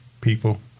people